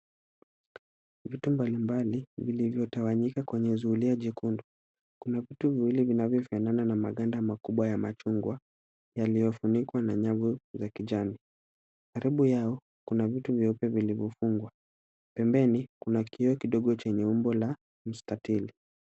Vitu mbalimbali vilivyotawanyika kwenye zulia jekundu ,kuna vitu viwili vinavyofanana na maganda makubwa ya machungwa yaliyofunikwa na nyavu za kijani . Karibu yao kuna vitu vyeupe vilivyofungwa pembeni kuna kioo kidogo chenye umbo la mstatili.